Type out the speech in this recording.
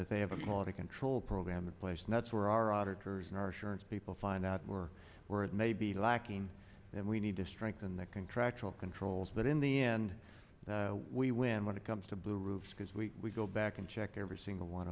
that they have a quality control program in place and that's where our auditors and our surance people find out more where it may be lacking and we need to strengthen the contractual controls that in the end that we win when it comes to blue roofs because we go back and check every single one